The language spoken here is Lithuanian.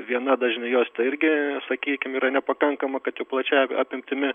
viena dažnių juosta irgi sakykim yra nepakankama kad jau plačia apimtimi